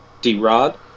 D-rod